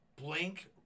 blank